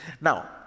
Now